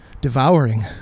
devouring